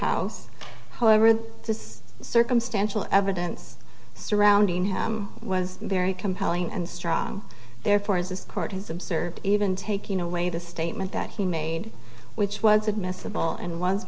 house however just circumstantial evidence surrounding him was very compelling and strong therefore as this court has observed even taking away the statement that he made which was admissible and